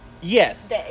Yes